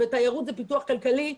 תיירות היא פיתוח כלכלי,